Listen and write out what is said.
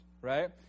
right